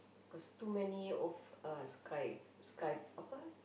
cause too many of uh sky sky apa